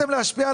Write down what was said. על